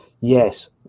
Yes